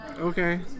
Okay